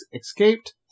escaped